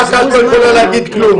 מח"ש לא יכולה להגיד כלום,